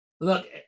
Look